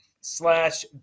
slash